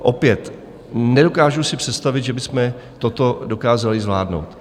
Opět nedokážu si představit, že bychom toto dokázali zvládnout.